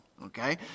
Okay